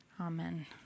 Amen